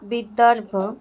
Vidarbha